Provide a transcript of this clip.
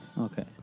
Okay